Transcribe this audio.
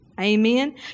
Amen